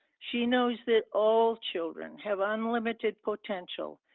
she knows that all children have ah unlimited potential,